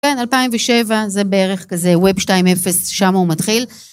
כן, 2007 זה בערך כזה, Web 2.0, שם הוא מתחיל.